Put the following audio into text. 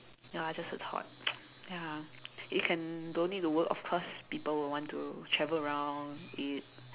ya just a thought ya you can don't need to work of course people will want to travel around eat